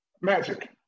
Magic